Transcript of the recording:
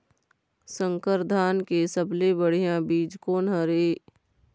संकर धान के सबले बढ़िया बीज कोन हर ये?